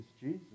Jesus